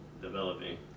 developing